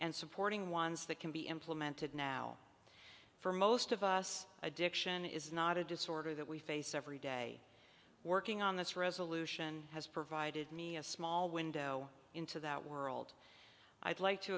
and supporting ones that can be implemented now for most of us addiction is not a disorder that we face every day working on this resolution has provided me a small window into that world i'd like to